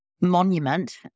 monument